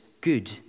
good